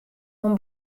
oan